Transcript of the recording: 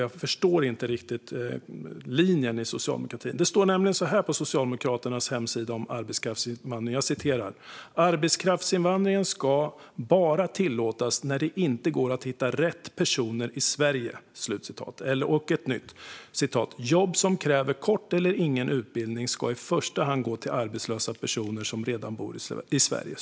Jag förstår inte riktigt linjen inom socialdemokratin. På Socialdemokraternas hemsida står det nämligen att "arbetskraftsinvandring bara ska tillåtas när det inte går att hitta rätt personer i Sverige". Ännu ett citat: "Jobb som kräver kort eller ingen utbildning ska i första hand gå till arbetslösa personer som redan bor i Sverige."